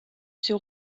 ses